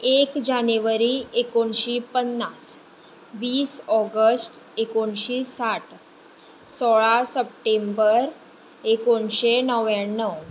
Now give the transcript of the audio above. एक जानेवारी एकोणशें पन्नास वीस ऑगस्ट एकोणशें साठ सोळा सप्टेंबर एकोणशें णव्याण्णव